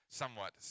somewhat